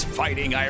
fighting